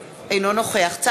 אינו נוכח אריה מכלוף דרעי,